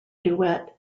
duet